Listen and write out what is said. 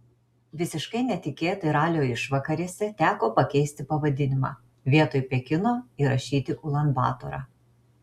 visiškai netikėtai ralio išvakarėse teko pakeisti pavadinimą vietoj pekino įrašyti ulan batorą